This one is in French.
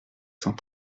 cent